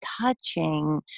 touching